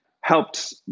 helped